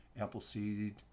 Appleseed